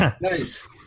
Nice